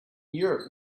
europe